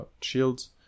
shields